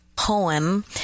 poem